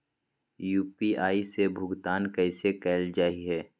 UPI से भुगतान कैसे कैल जहै?